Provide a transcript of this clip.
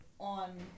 On